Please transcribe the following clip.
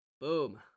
Boom